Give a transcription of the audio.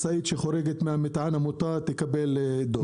משאית שחורגת מהמטען המותר, תקבל דוח.